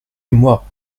moi